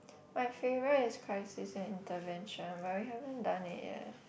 my favourite is crisis and intervention but we haven't done it yet